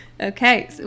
Okay